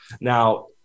Now